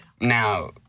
Now